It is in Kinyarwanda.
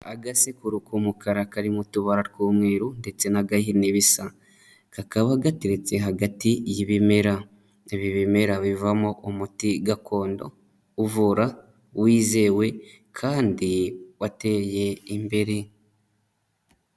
Agasekuru k'umukara karimo utubara tw'umweru ndetse n'agahini bisa, kakaba gateretse hagati y'ibimera, ibi ibimera bivamo umuti gakondo, uvura wizewe kandi wateye imbere.